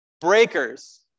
breakers